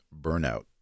burnout